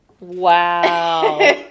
Wow